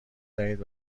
دهید